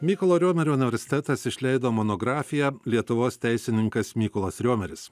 mykolo riomerio universitetas išleido monografiją lietuvos teisininkas mykolas riomeris